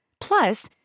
Plus